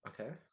Okay